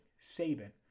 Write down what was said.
Saban